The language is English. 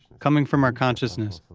coming from our consciousness.